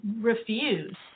refuse